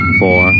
four